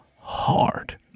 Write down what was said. hard